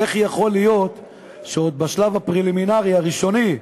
איך יכול להיות שעוד בשלב הפרלימינרי, הראשוני,